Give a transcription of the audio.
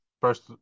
first